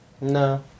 No